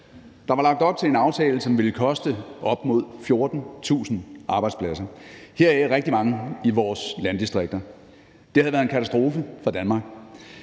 Der var lagt op til en aftale, som ville koste op mod 14.000 arbejdspladser, heraf rigtig mange i vores landdistrikter. Det havde været en katastrofe for Danmark.